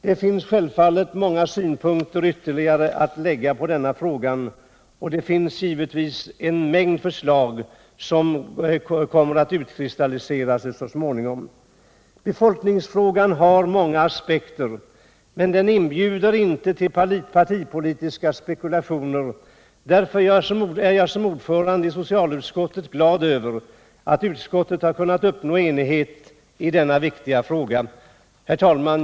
De finns självfallet många synpunkter ytterligare att lägga på denna fråga, och givetvis kommer en mängd förslag att utkristallisera sig så småningom. Befolkningsfrågan har många aspekter men den inbjuder inte till partipolitiska spekulationer. Därför är jag som ordförande i socialutskottet glad över att utskottet har kunnat uppnå enighet i denna viktiga fråga. Herr talman!